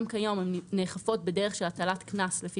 גם כיום נאכפות בדרך של הטלת קנס לפי